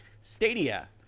Stadia